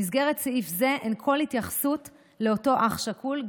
גם במסגרת סעיף זה אין כל התייחסות לאותו אח שכול.